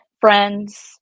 friends